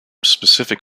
specific